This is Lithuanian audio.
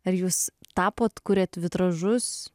ar jūs tapot kuriat vitražus